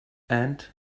and